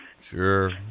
Sure